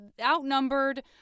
outnumbered